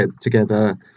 together